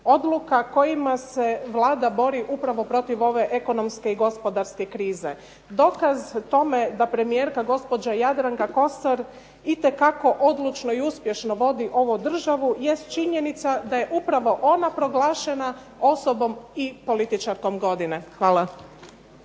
odluka kojima se Vlada bori upravo bori protiv ove ekonomske i gospodarske krize. Dokaz tome da premijerka gospođa Jadranka Kosor itekako odlučno i uspješno vodi ovu državu, jest činjenica da je upravo ona proglašena osobnom i političarkom godine. Hvala.